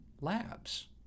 labs